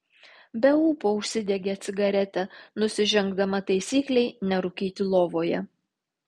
be ūpo užsidegė cigaretę nusižengdama taisyklei nerūkyti lovoje